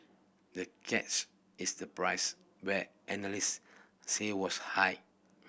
the catch is the price where analyst said was high